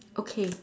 okay